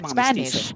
Spanish